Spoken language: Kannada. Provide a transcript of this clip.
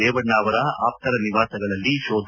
ರೇವಣ್ಣ ಅವರ ಆಪ್ತರ ನಿವಾಸಗಳಲ್ಲಿ ಶೋಧ